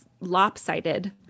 lopsided